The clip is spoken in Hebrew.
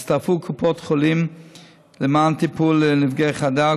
הצטרפו קופות החולים למתן טיפול לנפגעי חרדה,